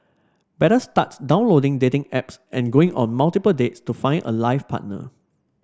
better start downloading dating apps and going on multiple dates to find a life partner